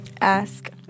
ask